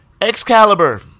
Excalibur